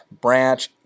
branch